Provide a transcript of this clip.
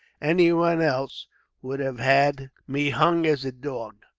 anyone else would have had me hung as a dog.